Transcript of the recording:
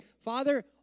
Father